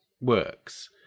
works